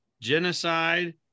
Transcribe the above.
genocide